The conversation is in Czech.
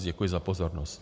Děkuji za pozornost.